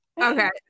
Okay